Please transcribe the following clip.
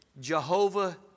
Jehovah